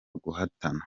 guhatana